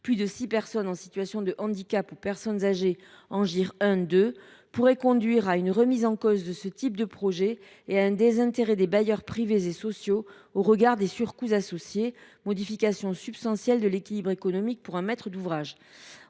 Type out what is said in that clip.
plus de six personnes en situation de handicap ou âgées en GIR 1 ou 2, pourrait conduire à une remise en cause de ce type de projets et à un désintérêt des bailleurs privés et sociaux en raison des surcoûts associés, qui entraînent une modification substantielle de l’équilibre économique du projet pour un maître d’ouvrage.